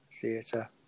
Theater